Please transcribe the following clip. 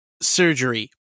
surgery